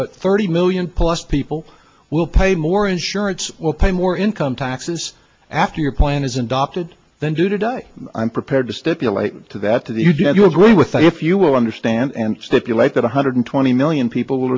but thirty million plus people will pay more insurance or pay more income taxes after your plan is and opted then do today i'm prepared to stipulate to that to that you do you agree with that if you will understand and stipulate that one hundred twenty million people will